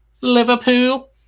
Liverpool